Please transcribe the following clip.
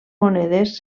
monedes